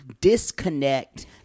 disconnect